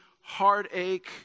heartache